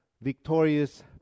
victorious